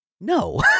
No